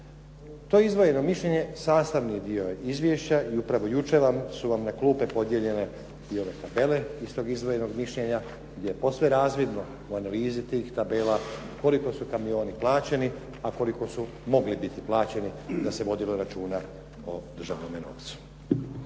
To izdvojeno mišljenje sastavni dio je izvješća i upravo jučer su vam na klupe podijeljene i ove tabele iz tog izdvojenog mišljenja gdje je posve razvidno u analizi tih tabela koliko su kamioni plaćeni, a koliko su mogli biti plaćeni da se vodilo računa o državnome novcu.